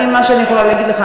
מה שאני יכולה להגיד לך,